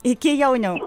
iki jauniau